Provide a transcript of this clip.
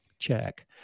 Check